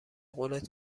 قولت